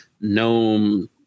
gnome